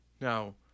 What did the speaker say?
Now